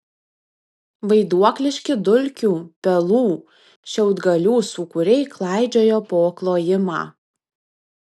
vaiduokliški dulkių pelų šiaudgalių sūkuriai klaidžiojo po klojimą